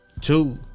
Two